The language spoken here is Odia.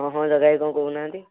ଓହୋ ଜଗା ଭାଇ କ'ଣ କହୁ ନାହାଁନ୍ତି